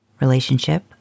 Relationship